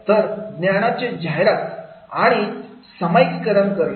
तर ज्ञानाचे जाहिरात हात आणि आणि सामायिकरण करणे